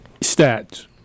Stats